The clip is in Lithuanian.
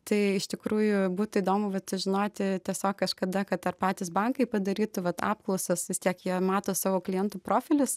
tai iš tikrųjų būtų įdomu vat žinoti tiesiog kažkada kad ar patys bankai padarytų vat apklausas vis tiek jie mato savo klientų profilius